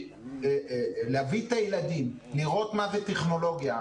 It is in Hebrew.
להביא את הילדים לראות מה זה טכנולוגיה,